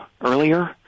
earlier